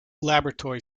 laboratory